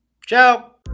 Ciao